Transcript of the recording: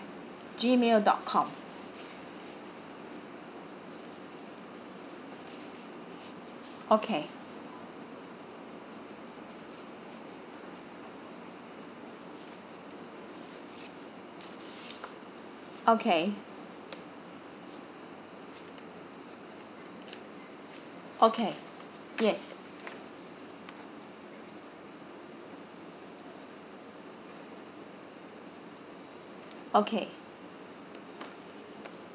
gmail dot com okay okay okay yes okay